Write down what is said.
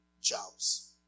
jobs